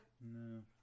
No